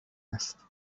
است